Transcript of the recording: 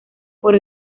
por